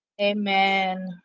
Amen